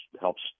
helps